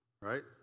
right